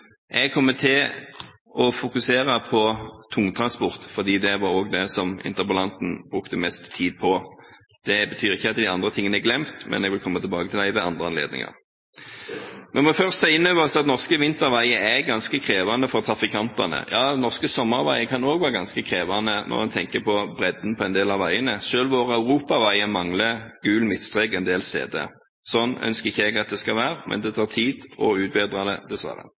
Jeg kommer til å fokusere på tungtransport, fordi det også var det interpellanten brukte mest tid på. Det betyr ikke at de andre tingene er glemt, men jeg vil komme tilbake til dem ved andre anledninger. Norske vinterveier er ganske krevende for trafikantene, ja norske sommerveier kan også være ganske krevende når en tenker på bredden på en del av veiene. Selv våre europaveier mangler gul midtstrek en del steder. Slik ønsker ikke jeg at det skal være, men det tar tid å utbedre det, dessverre.